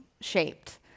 shaped